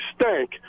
stank